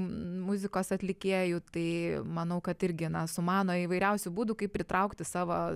muzikos atlikėjų tai manau kad irgi na sumano įvairiausių būdų kaip pritraukti savo